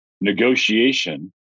negotiation